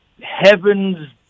heavens